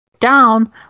down